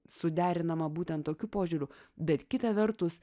suderinama būtent tokiu požiūriu bet kita vertus